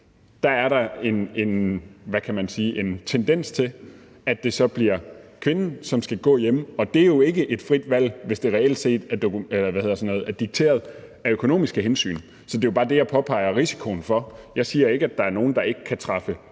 kan man sige, tendens til, at det så bliver kvinden, som skal gå hjemme, og det er jo ikke et frit valg, hvis det reelt set er dikteret af økonomiske hensyn. Så det er jo bare det, jeg påpeger risikoen for. Jeg siger ikke, at der er nogen, der ikke kan træffe